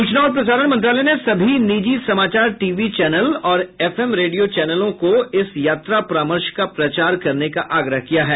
सूचना और प्रसारण मंत्रालय ने सभी निजी समाचार टीवी चैनल और एफएम रेडियो चौनलों को इस यात्रा परामर्श का प्रचार करने का आग्रह किया है